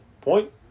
Point